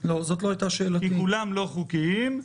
כי כולם לא חוקיים,